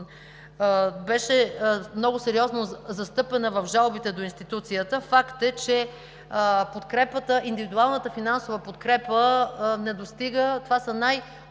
беше много сериозно застъпена в жалбите до институцията. Факт е, че индивидуалната финансова подкрепа не достига – това са